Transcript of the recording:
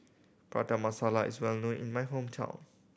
Prata Masala is well known in my hometown